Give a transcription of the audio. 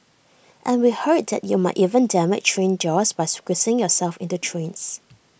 and we heard that you might even damage train doors by squeezing yourself into trains